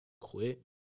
quit